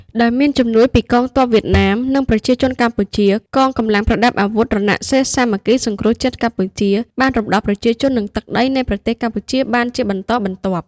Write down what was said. ដោយមានជំនួយពីកងទ័ពវៀតណាម និងប្រជាជនកម្ពុជា កងកម្លាំងប្រដាប់អាវុធរណសិរ្សសាមគ្គីសង្គ្រោះជាតិកម្ពុជា បានរំដោះប្រជាជន និងទឹកដីនៃប្រទេសកម្ពុជាបានជាបន្តបន្ទាប់។